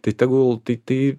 tai tegul tai tai